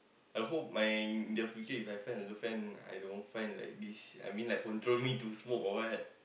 I hope my in the future my friend or girlfriend I don't find like this I mean like control me to smoke or what